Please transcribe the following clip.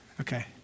Okay